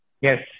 Yes